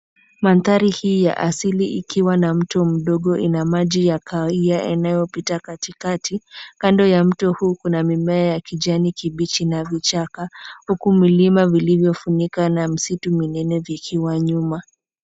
Mandhari hii ya asili ikiwa na mto mdogo ina maji ya kahawia yanayopita katikati. Kando ya mto huu kuna mimea ya kijani kibichi na vichaka, huku milima vilivyofunika na msitu minene vikiwa nyuma.